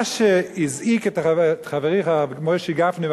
מה שהזעיק את חברי חבר הכנסת משה גפני,